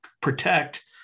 protect